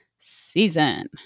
season